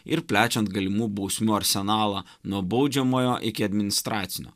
ir plečiant galimų bausmių arsenalą nuo baudžiamojo iki administracinio